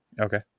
Okay